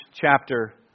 chapter